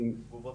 לתגובות קרב.